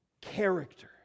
character